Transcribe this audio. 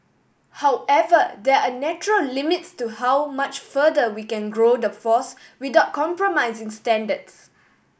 however there are natural limits to how much further we can grow the force without compromising standards